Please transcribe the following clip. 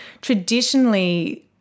traditionally